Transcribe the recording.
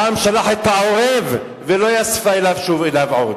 פעם שלח את העורב ו"לא יספה שוב אליו עוד".